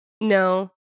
No